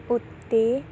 ਉੱਤੇ